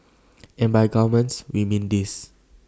and by gourmet we mean this